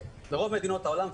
ברוב מדינות העולם,